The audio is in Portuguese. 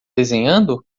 desenhando